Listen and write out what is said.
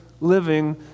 living